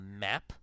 map